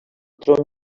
tron